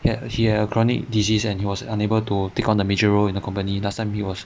had he had a chronic disease and he was unable to take on the major role in the company last time he was